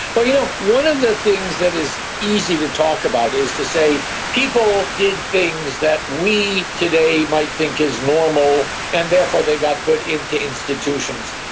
but you know, one of the things that is easy to talk about is to say people did things that we today might think is normal, and therefore they got put into institutions.